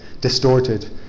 distorted